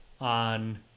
on